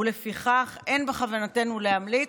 ולפיכך אין בכוונתנו להמליץ.